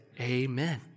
amen